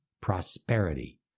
prosperity